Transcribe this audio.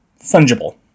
fungible